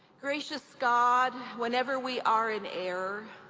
gracious god, whenever we are in error,